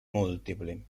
multipli